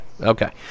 Okay